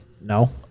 No